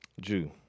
Jew